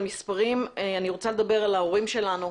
מספרים אלא אני רוצה לדבר על ההורים שלנו,